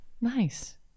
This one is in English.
Nice